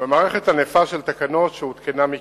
ובמערכת ענפה של תקנות שהותקנו מכוחו.